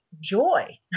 joy